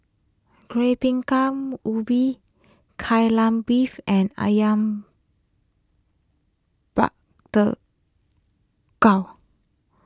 Kueh Bingka Ubi Kai Lan Beef and Ayam Buah